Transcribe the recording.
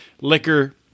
liquor